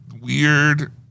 weird